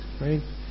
right